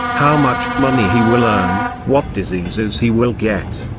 how much money he will earn, what diseases he will get,